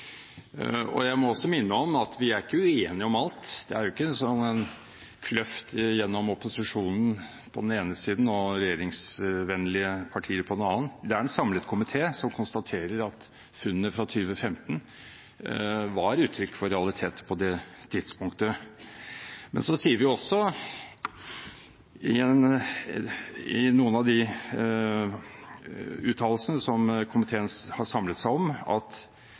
saken. Jeg må også minne om at vi ikke er uenige om alt. Det er ikke en sånn kløft gjennom opposisjonen på den ene siden og regjeringsvennlige partier på den annen. Det er en samlet komité som konstaterer at funnene fra 2015 var uttrykk for realiteter på det tidspunktet. Men så konstaterer vi også i noen av de uttalelsene som komiteen har samlet seg om, at